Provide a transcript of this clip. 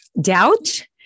doubt